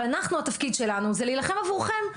אבל התפקיד שלנו זה להילחם עבורכם,